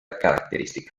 característica